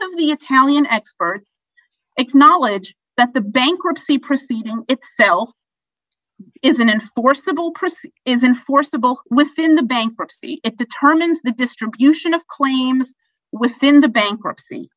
the italian experts acknowledge that the bankruptcy proceeding itself isn't enforceable chris isn't forcible within the bankruptcy it determines the distribution of claims within the bankruptcy